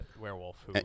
werewolf